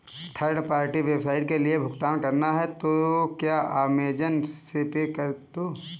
third party website के लिए भुगतान करना है तो क्या अमेज़न पे से कर दो